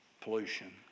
pollution